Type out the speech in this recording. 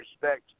respect